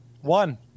one